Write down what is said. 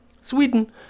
Sweden